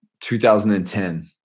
2010